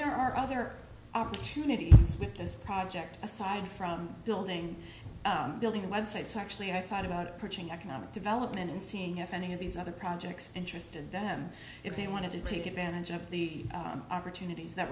there are other opportunities because project aside from building building websites actually i thought about approaching economic development and seeing if any of these other projects interested them if they want to take advantage of the opportunities that